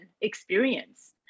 experience